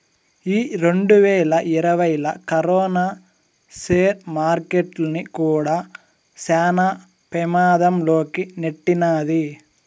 ఈ రెండువేల ఇరవైలా కరోనా సేర్ మార్కెట్టుల్ని కూడా శాన పెమాధం లోకి నెట్టినాది